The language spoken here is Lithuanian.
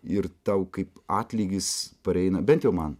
ir tau kaip atlygis pareina bent jau man